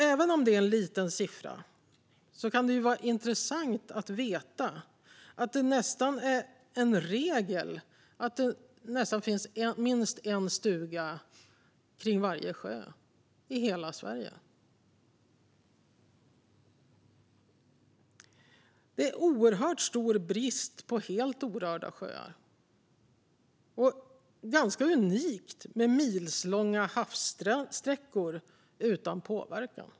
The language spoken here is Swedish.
Även om det är en liten siffra kan det ju vara intressant att veta att det nästan är en regel att det finns minst en stuga vid varje sjö i hela Sverige. Det är oerhört stor brist på helt orörda sjöar, och det är ganska unikt med milslånga havssträckor utan påverkan.